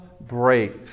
break